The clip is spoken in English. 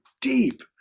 deep